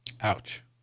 Ouch